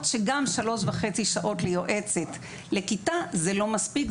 שגם 3.5 שעות ליועצת לכיתה זה לא מספיק,